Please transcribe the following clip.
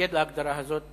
מתנגד להגדרה הזאת,